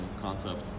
concept